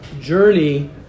journey